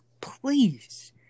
please